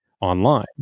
online